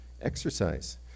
exercise